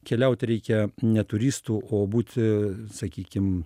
keliaut reikia ne turistu o būti sakykim